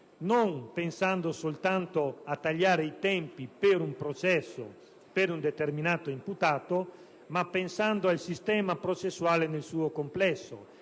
non pensando soltanto a tagliare i tempi di un processo per un determinato imputato, ma pensando al sistema processuale nel suo complesso